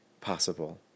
possible